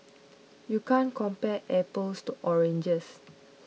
you can't compare apples to oranges